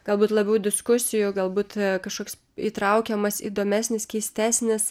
galbūt labiau diskusijų galbūt kažkoks įtraukiamas įdomesnis keistesnis